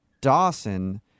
Dawson